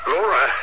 Laura